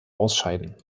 ausscheiden